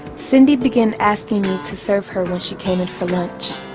cindy begin asking me to serve her when she came in for lunch.